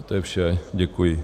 To je vše, děkuji.